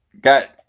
got